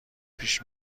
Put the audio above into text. پیش